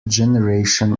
generation